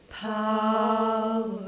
power